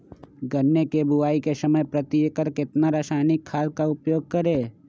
गन्ने की बुवाई के समय प्रति एकड़ कितना रासायनिक खाद का उपयोग करें?